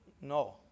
No